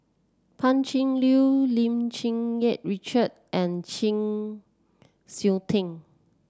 Pan Cheng Lui Lim Cherng Yih Richard and Chng Seok Tin